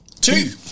Two